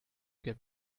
get